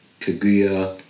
Kaguya